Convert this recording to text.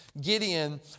Gideon